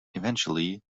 eventually